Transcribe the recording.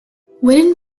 wooden